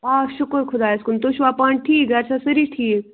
آ شُکُر خۄدایَس کُن تُہۍ چھُوا پانہٕ ٹھیٖک گَرِ چھا سٲری ٹھیٖک